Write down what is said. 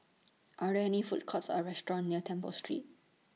Are really Food Courts Or restaurants near Temple Street